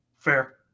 Fair